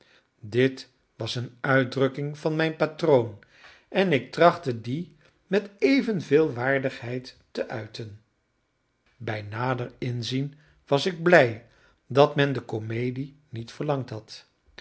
dit was een uitdrukking van mijn patroon en ik trachtte die met evenveel waardigheid te uiten bij nader inzien was ik blij dat men de comedie niet verlangd had